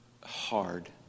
hard